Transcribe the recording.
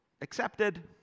Accepted